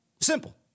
Simple